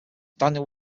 daniel